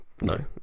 No